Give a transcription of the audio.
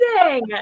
amazing